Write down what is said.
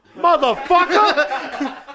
Motherfucker